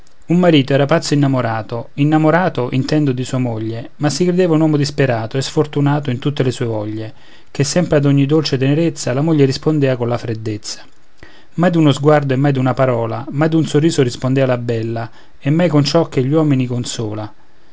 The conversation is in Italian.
un marito era pazzo innamorato innamorato intendo di sua moglie ma si credeva un uomo disperato e sfortunato in tutte le sue voglie ché sempre ad ogni dolce tenerezza la moglie rispondea colla freddezza mai d'uno sguardo e mai d'una parola mai d'un sorriso rispondea la bella e mai con ciò che gli uomini consola